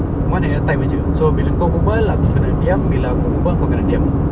one at a time aje so bila kau berbual aku kena diam bila aku berbual kau kena diam